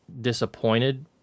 disappointed